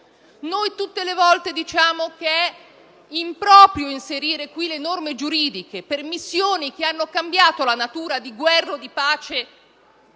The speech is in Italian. Tutte le volte diciamo che è improprio inserire in questi provvedimenti norme giuridiche per missioni che hanno cambiato la natura di guerra o di pace